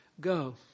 go